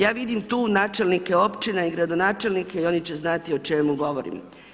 Ja vidim tu načelnike općina i gradonačelnike i oni će znati o čemu govorim.